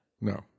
No